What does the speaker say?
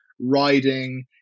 riding